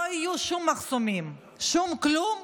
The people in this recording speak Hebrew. לא יהיו שום מחסומים, שום כלום.